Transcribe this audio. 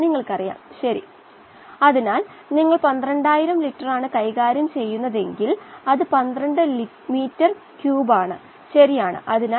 നിങ്ങൾക്ക് അറിയാവുന്നതുപോലെ നമ്മുടെ സിസ്റ്റങ്ങൾ ഒന്നുകിൽ യഥാർത്ഥമോ ആശയസംഹിതയോ ആകാം